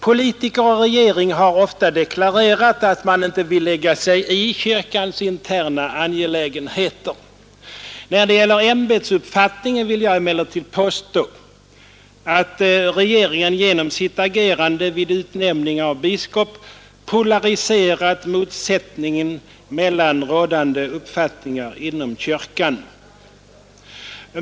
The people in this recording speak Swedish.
Politiker och regering har ofta deklarerat att man inte vill lägga sig i kyrkans interna angelägenheter. När det gäller ämbetsuppfattningen vill jag emellertid påstå att regeringen genom sitt agerande vid utnämning av biskop polariserat motsättningen mellan rådande uppfattningar inom kyrkan.